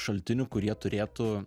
šaltiniu kurie turėtų